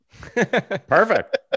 Perfect